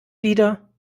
wieder